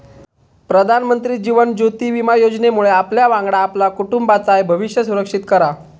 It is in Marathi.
प्रधानमंत्री जीवन ज्योति विमा योजनेमुळे आपल्यावांगडा आपल्या कुटुंबाचाय भविष्य सुरक्षित करा